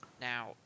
now